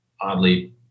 oddly